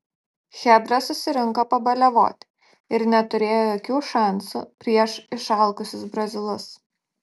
chebra susirinko pabaliavot ir neturėjo jokių šansų prieš išalkusius brazilus